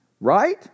Right